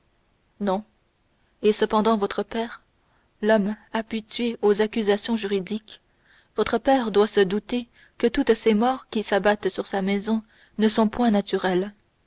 non et cependant votre père l'homme habitué aux accusations juridiques votre père doit se douter que toutes ces morts qui s'abattent sur sa maison ne sont point naturelles